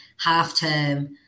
half-term